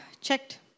Checked